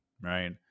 Right